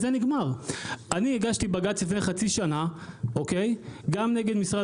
אני יודע שמשרד